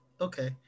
okay